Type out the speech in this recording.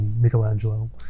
Michelangelo